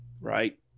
Right